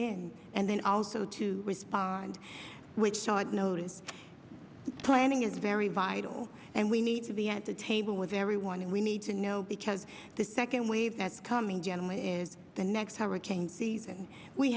in and then also to respond which sought notice planning is very vital and we need to be at the table with everyone and we need to know because the second wave that's coming generally is the next hurricane season we